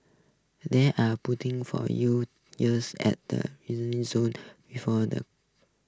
there are puting for you at the zone before the